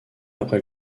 après